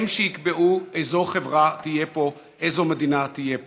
הם שיקבעו איזו חברה תהיה פה, איזו מדינה תהיה פה.